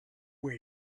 where